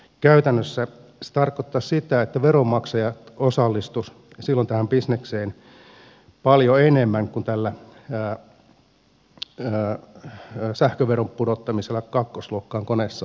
käytännössä se tarkoittaisi sitä että veronmaksajat osallistuisivat silloin tähän bisnekseen paljon enemmän kuin tällä sähköveron pudottamisella kakkosluokkaan konesaleilta